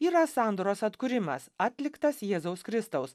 yra sandoros atkūrimas atliktas jėzaus kristaus